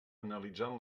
analitzant